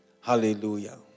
Hallelujah